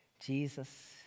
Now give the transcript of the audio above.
Jesus